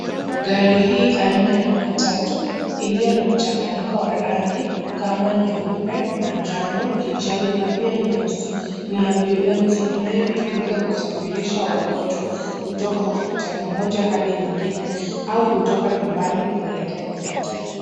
Gari hii aina ya matatu, iliyo na mchanganyiko wa rangi kama nyeupe, manjano, kijani na pia nyeusi. Ni ambulensi inayotumika kusafirisha wagonjwa kutoka hospitali moja hadi nyingine au kutoka nyumbani kuelekea hospitalini.